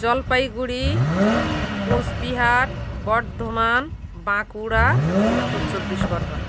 Jalpaiguri Coochbehar Bardhaman Bankura Uttar Chabbish Pargana